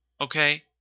okay